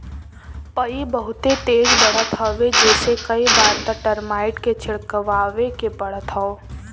पई बहुते तेज बढ़त हवे जेसे कई बार त टर्माइट के छिड़कवावे के पड़त हौ